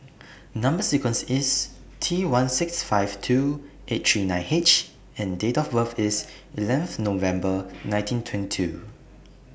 Number sequence IS T one six five two eight three nine H and Date of birth IS eleventh November nineteen twenty two